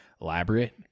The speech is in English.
elaborate